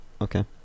Okay